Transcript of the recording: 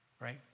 right